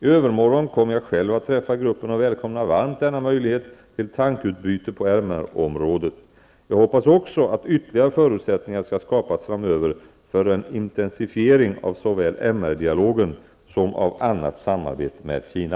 I övermorgon kommer jag själv att träffa gruppen och välkomnar varmt denna möjlighet till tankeutbyte på MR-området. Jag hoppas också att ytterligare förutsättningar skall skapas framöver för en intensifiering av såväl MR-dialogen som av annat samarbete med Kina.